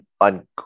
on